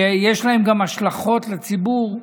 שיש להם גם השלכות על הציבור,